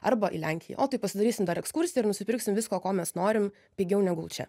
arba į lenkiją o tai pasidarysim dar ekskursiją ir nusipirksim visko ko mes norim pigiau negu čia